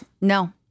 No